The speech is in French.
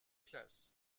classes